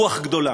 רוח גדולה,